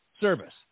service